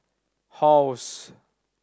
halls